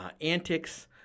antics